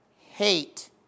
hate